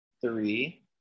three